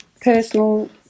personal